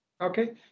Okay